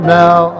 now